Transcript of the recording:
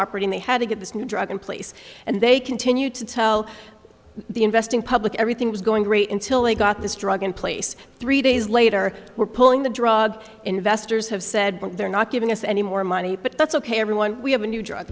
operating they had to get this new drug in place and they continued to tell the investing public everything was going great until they got this drug in place three days later we're pulling the drug investors have said they're not giving us any more money but that's ok everyone we have a new